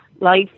life